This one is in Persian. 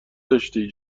داشتی